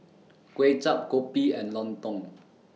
Kway Chap Kopi and Lontong